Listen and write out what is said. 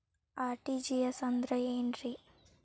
RTGS ಅಂದ್ರ ಏನ್ರಿ?